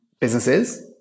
businesses